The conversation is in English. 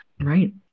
Right